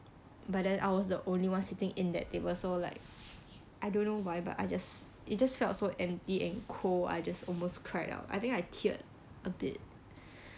but then I was the only one sitting in that table so like I don't know why but I just it just felt so empty and cold I just almost cried out I think I teared a bit